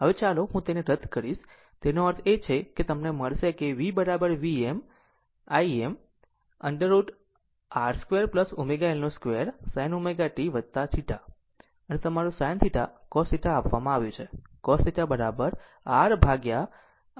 આમ ચાલો હું તેને રદ કરીશ આમ તેનો અર્થ એ છે કે તમને મળશે કે v v Im √ over R 2 ω L 2 sin ω t θ અને આ તમારું sin θ cos θ આપવામાં આવ્યું છે